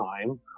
time